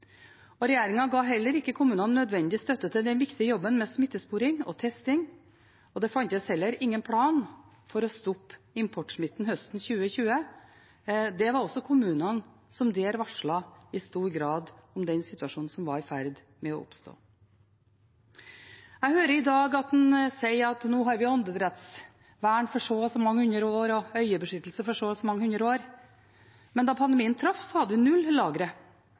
ga ikke kommunene nødvendig støtte til den viktige jobben med smittesporing og testing, og det fantes heller ingen plan for å stoppe importsmitten høsten 2020. Det var også kommunene som i stor grad varslet om den situasjonen som var i ferd med å oppstå. Jeg hører en i dag si at nå har vi åndedrettsvern for så og så mange hundre år og øyebeskyttelse for så og så mange hundre år. Men da pandemien traff, hadde vi null lagre